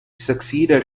succeeded